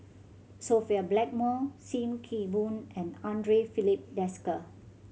Sophia Blackmore Sim Kee Boon and Andre Filipe Desker